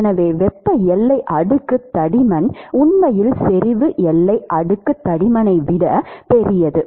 எனவே வெப்ப எல்லை அடுக்கு தடிமன் உண்மையில் செறிவு எல்லை அடுக்கு தடிமனை விட பெரியது